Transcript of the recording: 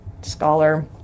scholar